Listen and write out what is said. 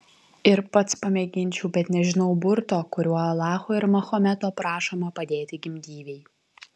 ir pats pamėginčiau bet nežinau burto kuriuo alacho ir mahometo prašoma padėti gimdyvei